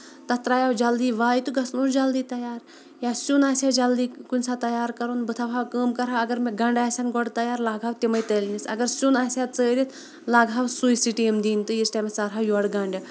تَتھ ترایو جلدی واے تہٕ گژھان اوس جلدی تَیار یا سیُن آسہِ ہا جلدی کُنہِ ساتہٕ تَیار کَرُن بہٕ تھاوہا کٲم کرٕ ہا اَگر مےٚ گنڈٕ آسہٕ ہن تَیار لگہٕ ہاکھ تِمے تٔلنِس اَگر سیُن آسہِ ہا ژَٲرِتھ لگہٕ ہاو سُے سِٹیٖم دِنۍ تہٕ تیٖتِس ٹایمَس ژَارٕ ہا یورٕ گنڈٕ